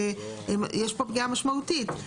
יש פה פגיעה משמעותית.